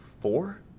four